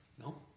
no